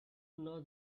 know